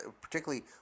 particularly